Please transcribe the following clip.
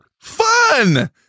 Fun